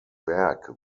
werk